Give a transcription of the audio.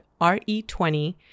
RE20